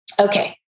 okay